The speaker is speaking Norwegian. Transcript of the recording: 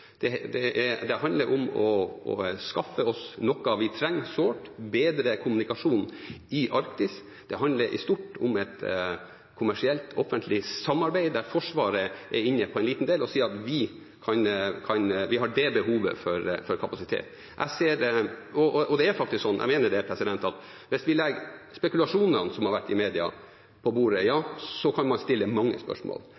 Dette handler om kommunikasjon. Det handler ikke om sensorer som skal styre verken ubåter, droner eller andre ting, eller som skal jamme noe. Det handler om å skaffe oss noe vi trenger sårt, nemlig bedre kommunikasjon i Arktis. Det handler i stort om et kommersielt-offentlig samarbeid der Forsvaret er inne på en liten del og sier at vi har det behovet for kapasitet. Hvis vi legger spekulasjonene som har vært i media, på bordet,